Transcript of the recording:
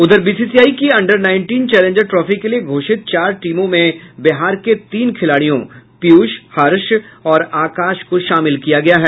उधर बीसीसीआई की under nineteen challenger trophy के लिये घोषित चार टीमों में बिहार के तीन खिलाड़ियों पीयूष हर्ष और आकाश को शामिल किया गया है